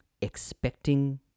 expecting